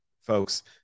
folks